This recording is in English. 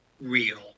real